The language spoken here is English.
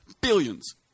Billions